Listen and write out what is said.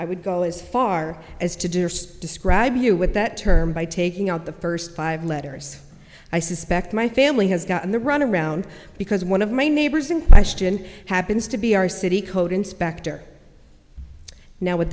i would go as far as to describe you with that term by taking out the first five letters i suspect my family has gotten the runaround because one of my neighbors in question happens to be our city code inspector now with